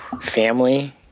family